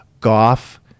Goff